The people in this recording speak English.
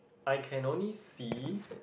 I can only see